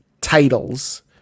titles